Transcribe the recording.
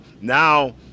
now